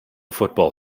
football